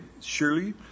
Surely